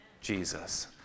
Jesus